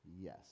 Yes